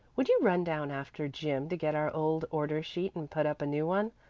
would you run down after gym to get our old order sheet and put up a new one?